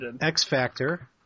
X-Factor